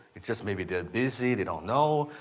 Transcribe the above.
it's just maybe they're busy, they don't know.